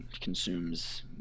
consumes